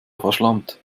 verschlampt